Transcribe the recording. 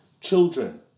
children